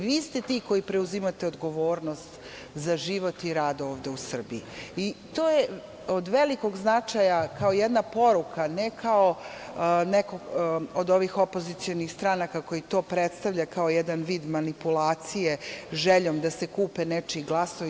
Vi ste ti koji preuzimate odgovornost za život i rad ovde u Srbiji i to je od velikog značaja kao jedna poruka, ne kao neka od ovih opozicionih stranaka koja to predstavlja kao jedan vid manipulacije željom da se kupe nečiji glasovi.